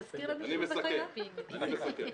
אני מסכם.